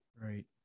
Right